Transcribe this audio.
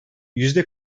yüzde